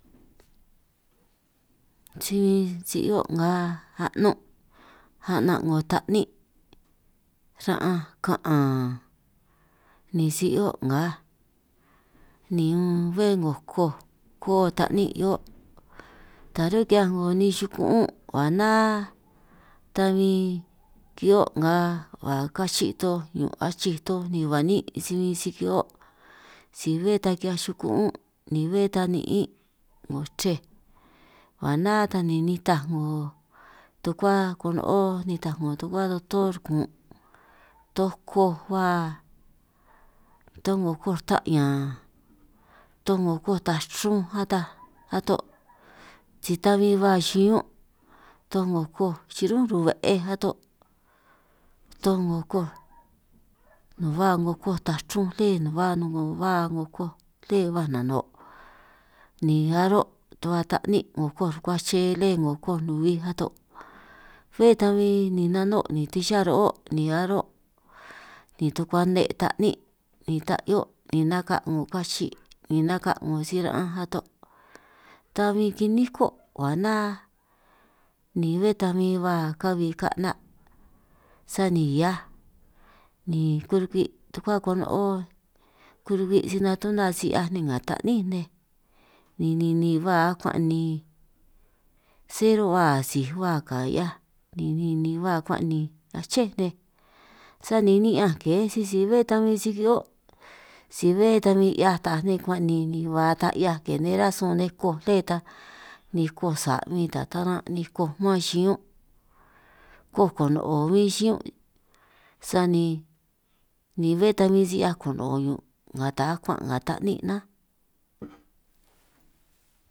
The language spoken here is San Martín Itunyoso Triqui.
Nga hia'aj nga 'ngo hia'aj mare hia'aj nako to' ni ni'ñan ni béj bin xa'bi ni katu riñan 'ngo riñan 'ngo sopa, ni katu riñan 'ngo rosi, ni katu ni ko si riñan a ro' hia'aj nako ta, ni 'ngo hia'aj 'bí ni ro' xo' ni kiri'ñun' man ni kiri'ñun ni nga kiri'ñun' nga rininj ni xa'bi' man, ni xo' ni niko 'ngo nihia xo' ka'be xo' ngaj ni ka'be' xo' nga 'ngo kwej, ni ka'be xo' nga 'ngo chra, ni ka'be xo' nga a'ngo riñan nihia sisi karo' riñanj si nari'ij xo' ni bé ta bin si 'hio' nga 'ngo hia'aj mare nga 'ngo hia'aj 'bí, ni ba 'ngo hia'aj hia'aj kúj ni ba 'ngo hia'a hia'aj ka'nin', ni ba 'ngo hia'aj chunaj ni ba 'ngo hia'aj ta'nga xunaj ta bin xo' xiñún' nga hia'aj ta.